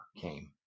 came